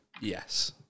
Yes